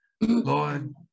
lord